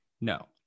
No